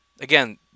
Again